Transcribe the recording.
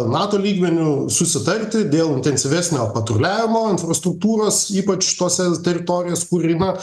nato lygmeniu susitarti dėl intensyvesnio patruliavimo infrastruktūros ypač tose teritorijos kur yra